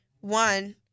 one